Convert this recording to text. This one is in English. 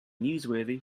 newsworthy